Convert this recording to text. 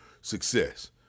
success